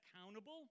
accountable